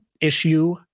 issue